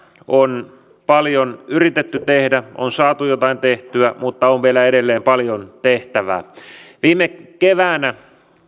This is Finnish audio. on paljon yritetty tehdä on saatu jotain tehtyä mutta on vielä edelleen paljon tehtävää viime keväänä